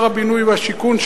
שר הבינוי והשיכון,